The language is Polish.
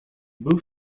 był